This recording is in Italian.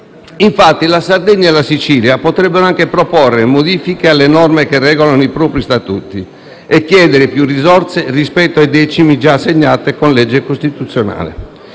Infatti, la Sardegna e la Sicilia potrebbero anche proporre modifiche alle norme che regolano i propri Statuti e chiedere più risorse rispetto a quelle già assegnate con legge costituzionale.